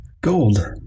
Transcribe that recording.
Gold